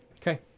okay